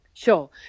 Sure